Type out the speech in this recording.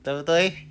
对不对